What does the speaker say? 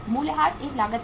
मूल्यह्रास एक लागत है